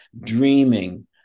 dreaming